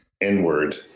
inward